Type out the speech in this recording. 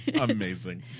Amazing